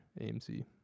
AMC